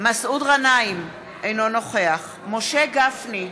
מסעוד גנאים, אינו נוכח משה גפני,